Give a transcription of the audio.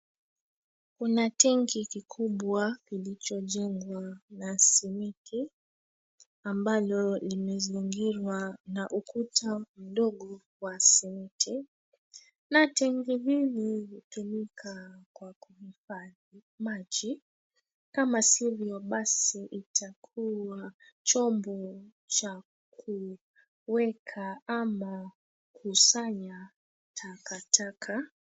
Kuna tanki kikubwa kilichojengwa na simiti ambalo limezingirwa na ukuta mdogo wa simiti Na tanki hili likitumika kuhifadhi maji. Kama sivyo basi itakuwa chombo cha kuweka ama kusanya takataka.